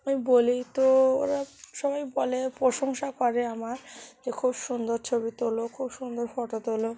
আমি বলি তো ওরা সবাই বলে প্রশংসা করে আমার যে খুব সুন্দর ছবি তোলো খুব সুন্দর ফটো তোলো